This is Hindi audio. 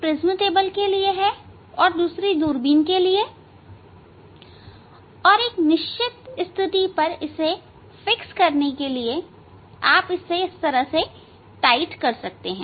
एक प्रिज्म टेबल के लिए है और दूसरी दूरबीन के लिए और एक निश्चित स्थिति पर स्थिर करने के बाद आप इसे टाइट कर सकते हैं